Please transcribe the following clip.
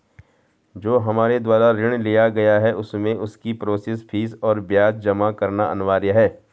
जो हमारे द्वारा ऋण लिया गया है उसमें उसकी प्रोसेस फीस और ब्याज जमा करना अनिवार्य है?